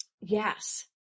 Yes